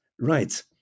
right